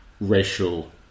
racial